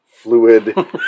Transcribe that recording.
fluid